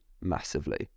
massively